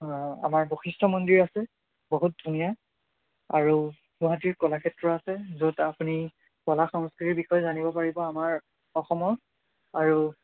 আমাৰ বশিষ্ঠ মন্দিৰ আছে বহুত ধুনীয়া আৰু গুৱাহাটীৰ কলাক্ষেত্ৰ আছে য'ত আপুনি কলা সংস্কৃতিৰ বিষয়ে জানিব পাৰিব আমাৰ অসমৰ আৰু